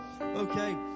okay